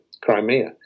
Crimea